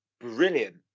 brilliant